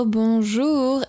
bonjour